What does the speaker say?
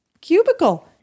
cubicle